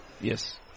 Yes